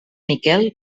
miquel